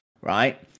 right